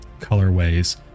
colorways